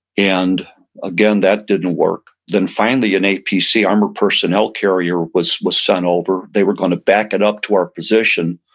and again, that didn't work finally, an apc armored personnel carrier was was sent over. they were going to back it up to our position.